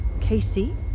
Casey